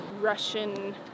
Russian